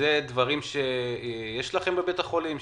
אלו דברים שיש לכם בבית החולים,